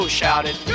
shouted